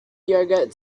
yogurt